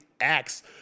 acts